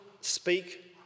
speak